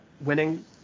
winning